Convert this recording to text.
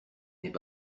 n’est